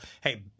hey